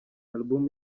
album